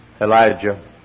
Elijah